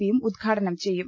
P യും ഉദ്ഘാടനം ചെയ്യും